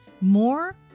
more